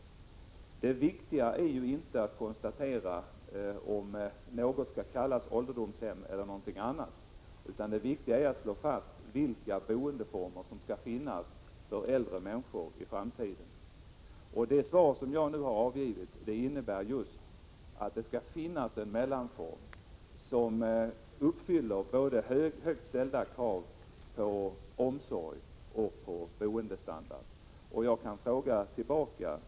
Men det viktiga är inte att konstatera huruvida en boendeform skall kallas ålderdomshem eller någonting annat, utan det viktiga är att slå fast vilka boendeformer som skall finnas för äldre människor. Det svar jag nu har avgivit innebär att det skall finnas en mellanform som uppfyller högt ställda krav både på omsorg och på boendestandard.